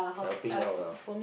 helping out lah